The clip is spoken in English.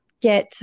get